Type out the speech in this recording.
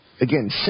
again